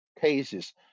cases